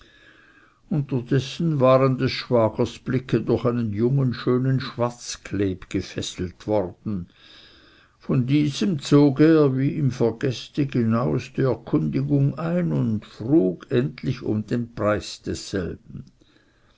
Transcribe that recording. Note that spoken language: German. unterdessen waren des schwagers blicke durch einen jungen schönen schwarzkleb gefesselt worden von diesem zog er wie im vergeß die genaueste erkundigung ein und frug endlich um den preis desselben